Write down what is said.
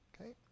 Okay